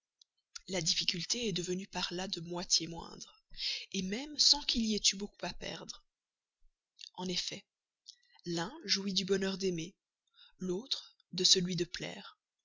la difficulté est devenue par là de moitié moindre même sans qu'il y ait eu beaucoup à perdre en effet l'un jouit du bonheur d'aimer l'autre de celui de plaire